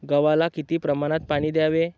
गव्हाला किती प्रमाणात पाणी द्यावे?